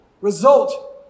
Result